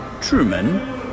Truman